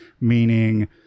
meaning